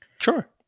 sure